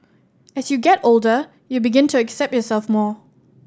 as you get older you begin to accept yourself more